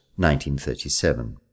1937